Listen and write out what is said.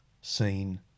seen